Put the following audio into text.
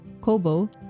Kobo